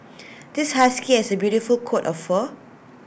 this husky has A beautiful coat of fur